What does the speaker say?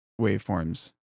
waveforms